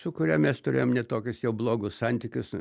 su kuria mes turėjom ne tokius jau blogus santykius